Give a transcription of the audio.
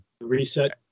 reset